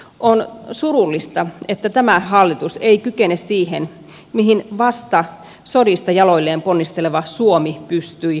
on surullista että tämä hallitus ei kykene siihen mihin vasta sodista jaloilleen ponnisteleva suomi pystyi ja halusi